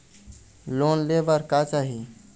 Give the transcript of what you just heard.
Loan ले बार का चाही?